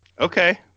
Okay